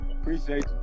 Appreciate